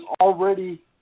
already